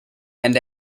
and